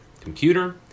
computer